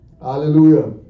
hallelujah